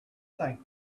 think